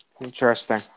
Interesting